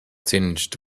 tinged